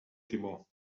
timó